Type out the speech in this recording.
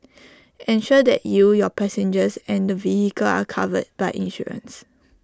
ensure that you your passengers and the vehicle are covered by insurance